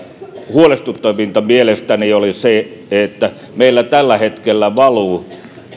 huolestuttavinta mielestäni oli se että meillä tällä hetkellä valuu